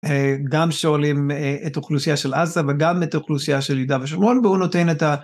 גם שואלים את אוכלוסייה של עזה וגם את אוכלוסייה של יהודה ושומרון והוא נותן את ה...